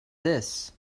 this